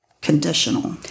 conditional